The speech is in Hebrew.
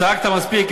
צעקת מספיק,